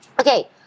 okay